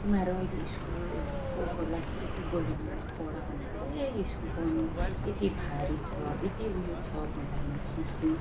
तिमीहरू अहिले स्कुल प लाइफ चाहिँ यति गोल्डन लाइफ पढ भन्दाखेरि ए स्कुल पढ्नु यति भारी छ यति उयो छ भनेर हामीले सोच्थ्यौँ